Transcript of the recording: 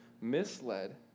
misled